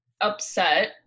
upset